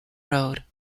road